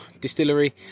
Distillery